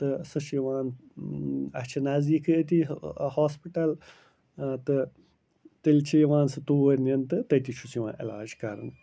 تہٕ سُہ چھُ یِوان اَسہِ چھِ نزدیٖکھٕے ہاسپِٹل تہٕ تیٚلہ چھِ یِوان سُہ توٗرۍ نِنہٕ تہٕ تٔتی چھُس یِوان علاج کَرنہٕ